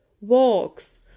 walks